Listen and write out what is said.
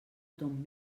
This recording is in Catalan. ton